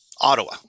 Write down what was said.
Ottawa